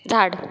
झाड